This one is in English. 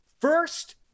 first